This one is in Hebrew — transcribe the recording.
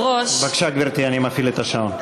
בבקשה, גברתי, אני מפעיל את השעון.